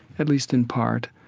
at least in part,